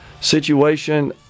situation